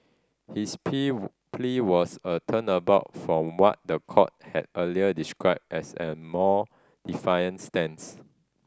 his pea plea was a turnabout from what the court had earlier described as a more defiant stance